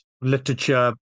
literature